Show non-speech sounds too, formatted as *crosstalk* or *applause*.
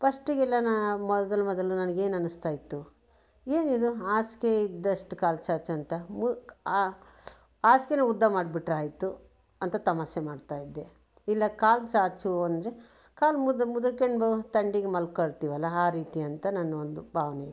ಫಸ್ಟಿಗೆಲ್ಲ ನಾ ಮೊದಲು ಮೊದಲು ನನಗೇನು ಅನ್ನಿಸ್ತಾ ಇತ್ತು ಏನು ಇದು ಹಾಸಿಗೆ ಇದ್ದಷ್ಟು ಕಾಲು ಚಾಚು ಅಂತ *unintelligible* ಹಾಸಿಗೆನೆ ಉದ್ದ ಮಾಡಿಬಿಟ್ರಾಯ್ತು ಅಂತ ತಮಾಷೆ ಮಾಡ್ತ ಇದ್ದೆ ಇಲ್ಲ ಕಾಲು ಚಾಚು ಅಂದರೆ ಕಾಲು ಮುದುರಿಕೊಂಡು ಥಂಡಿಗೆ ಮಲ್ಕೊಳ್ತೀವಲ್ಲ ಆ ರೀತಿ ಅಂತ ನನ್ನ ಒಂದು ಭಾವನೆ ಇತ್ತು